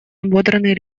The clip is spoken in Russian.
ободранный